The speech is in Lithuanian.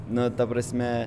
nu ta prasme